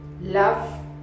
love